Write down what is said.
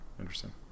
Interesting